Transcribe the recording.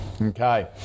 Okay